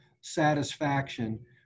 satisfaction